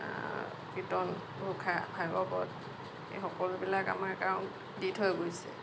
কীৰ্ত্তন ঘোষা ভাগৱত এই সকলোবিলাক আমাক আৰু দি থৈ গৈছে